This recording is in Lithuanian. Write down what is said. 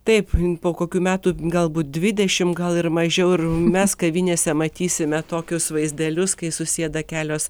taip po kokių metų galbūt dvidešim gal ir mažiau ir mes kavinėse matysime tokius vaizdelius kai susėda kelios